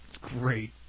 Great